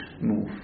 move